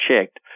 checked